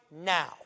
now